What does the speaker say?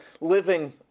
living